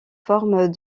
formes